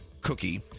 cookie